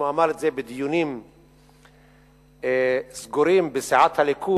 אם הוא אמר את זה בדיונים סגורים בסיעת הליכוד,